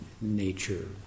nature